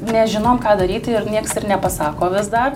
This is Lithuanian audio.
nežinom ką daryti ir nieks ir nepasako vis dar